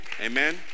Amen